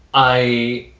i.